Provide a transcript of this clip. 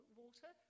water